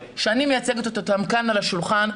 שאני מייצגת אותם כאן על השולחן,